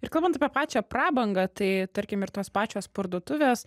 ir kalbant apie pačią prabangą tai tarkim ir tos pačios parduotuvės